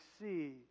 see